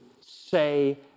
say